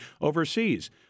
overseas